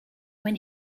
when